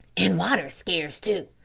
an' water's scarce, too,